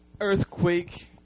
earthquake